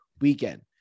weekend